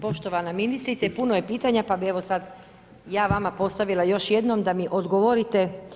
Poštovana ministrice puno je pitanja, pa bih evo sada ja vama postavila još jednom da mi odgovorite.